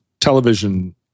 television